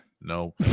No